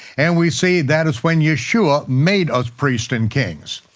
and we see that is when yeshua made us priests and kings.